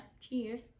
Cheers